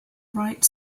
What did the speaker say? right